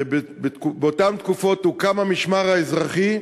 ובאותן תקופות הוקם המשמר האזרחי,